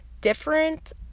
different